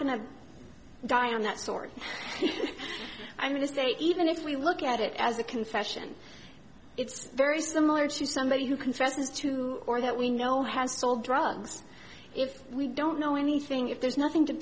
to die on that story i'm going to state even if we look at it as a confession it's very similar to somebody who confesses to or that we know has sold drugs if we don't know anything if there's nothing to